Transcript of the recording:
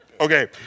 Okay